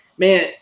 Man